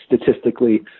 statistically